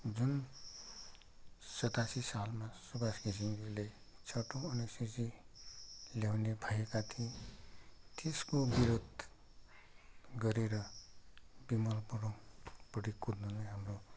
जुन सतासी सालमा सुबास घिसिङज्यूले छटौँ अनुसुचि ल्याउने भएका थिए त्यस्को विरोध गरेर बिमल गुरुङपट्टि कुद्नु नै हाम्रो